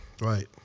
Right